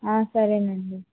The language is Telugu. సరే అండి